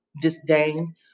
disdain